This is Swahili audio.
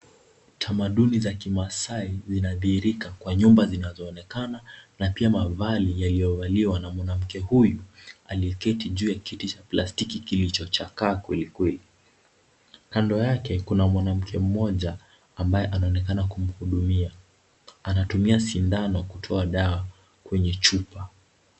Tamaduni za kimaasai zinadhihirika kwa nyumba zinazoonekana na pia mavazi yaliyovaliwa na mwanamke huyu aliyeketi juu ya kiti cha plastiki kilichochakaa kweli kweli. Kando yake kuna mwanamke mmoja ambaye anaonekana kumhudumia. Anatumia sindano kutoa dawa kwenye chupa.